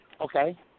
Okay